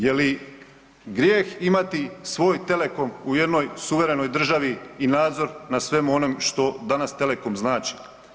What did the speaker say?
Je li grijeh imati svoj telekom u jednoj suverenoj državi i nadzor nad svemu onom što danas telekom znači?